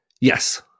Yes